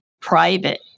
private